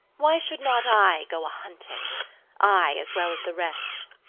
why should not i go a-hunting i, as well as the rest?